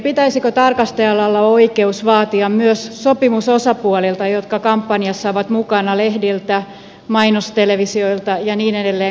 pitäisikö tarkastajalla olla oikeus vaatia myös sopimusosapuolilta jotka kampanjassa ovat mukana lehdiltä mainostelevisioilta ja niin edelleen